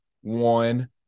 one